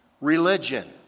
religion